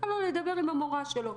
קל לו לדבר עם המורה שלו,